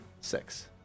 Six